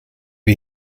wir